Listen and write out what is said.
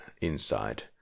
inside